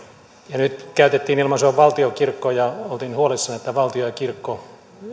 ja nyt käytettiin ilmaisua valtionkirkko ja oltiin huolissaan että valtio ja kirkko